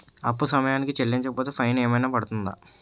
అప్పు సమయానికి చెల్లించకపోతే ఫైన్ ఏమైనా పడ్తుంద?